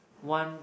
one